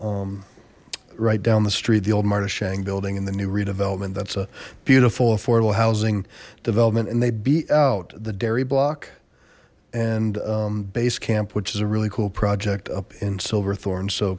hundred right down the street the old martyrs shank building and the new redevelopment that's a beautiful affordable housing development and they beat out the dairy block and base camp which is a really cool project up in silverthorne so